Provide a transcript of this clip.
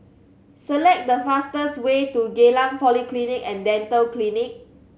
select the fastest way to Geylang Polyclinic And Dental Clinic